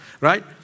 right